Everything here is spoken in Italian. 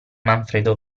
manfredo